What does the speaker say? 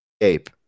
ape